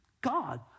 God